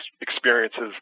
experiences